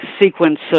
sequence